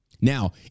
Now